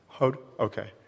Okay